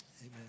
Amen